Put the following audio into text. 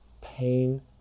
pain